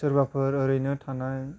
सोरबाफोर ओरैनो थानाय